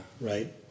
Right